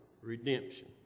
redemption